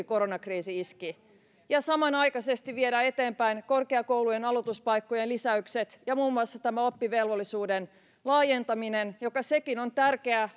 koronakriisi iski ja samanaikaisesti viedään eteenpäin korkeakoulujen aloituspaikkojen lisäykset ja muun muassa tämä oppivelvollisuuden laajentaminen joka sekin on tärkeä